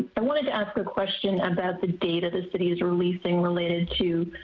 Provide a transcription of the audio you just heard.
i want to to ask a question about the date of the city is releasing related to